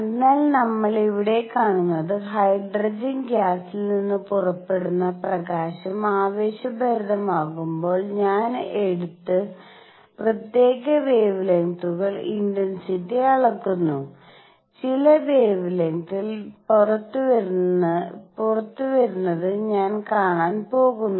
അതിനാൽ നമ്മൾ ഇവിടെ കാണുന്നത് ഹൈഡ്രജൻ ഗ്യാസിൽ നിന്ന് പുറപ്പെടുന്ന പ്രകാശം ആവേശഭരിതമാകുമ്പോൾ ഞാൻ എടുത്ത് പ്രത്യേക വാവേലെങ്ത്തുകളുടെ ഇന്റന്സിറ്റി അളക്കുന്നു ചില വെവെലെങ്ത് പുറത്തുവരുന്നത് ഞാൻ കാണാൻ പോകുന്നു